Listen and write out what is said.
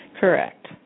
Correct